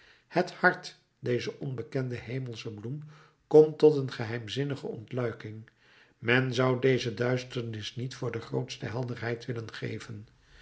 het hart deze onbekende hemelsche bloem komt tot een geheimzinnige ontluiking men zou deze duisternis niet voor de grootste helderheid willen geven